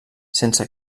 sense